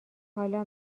حالا